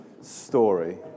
story